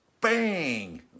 Bang